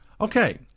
Okay